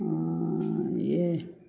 यें